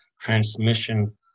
transmission